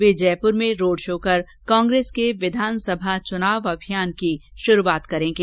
वे जयपुर में road show कर कांग्रेस के विधानसभा चुनाव अभियान की शुरूआत करेंगे